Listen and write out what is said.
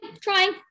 Try